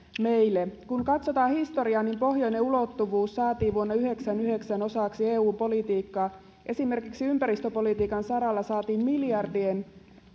meille kun katsotaan historiaa niin pohjoinen ulottuvuus saatiin vuonna yhdeksänkymmentäyhdeksän osaksi eu politiikkaa esimerkiksi ympäristöpolitiikan saralla saatiin miljardien